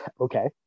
Okay